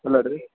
full ಆದರೆ